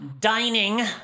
dining